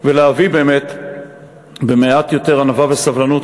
ולהביא באמת במעט יותר ענווה וסבלנות,